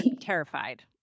Terrified